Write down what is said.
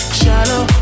shallow